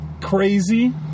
crazy